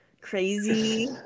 crazy